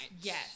Yes